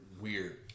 weird